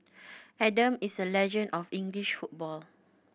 Adam is a legend of English football